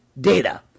data